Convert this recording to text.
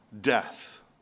death